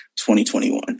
2021